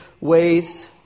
ways